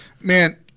man